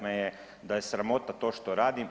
me je da je sramota to što radim.